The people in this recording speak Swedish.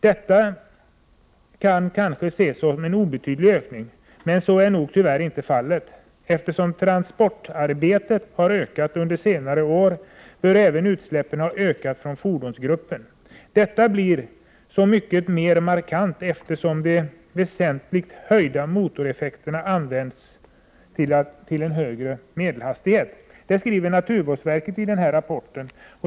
Detta kan kanske ses som en obetydlig ökning, men så är nog tyvärr inte fallet. Eftersom transportarbetet har ökat under senare år bör även utsläppen ha ökat från fordonsgruppen. Detta blir så mycket mer markerat eftersom de väsentligt höjda motoreffekterna används till en högre medelhastighet.” Detta skriver alltså naturvårdsverket i sin rapport.